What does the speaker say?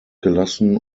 gelassen